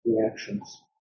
reactions